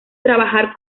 trabajar